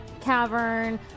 cavern